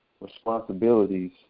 responsibilities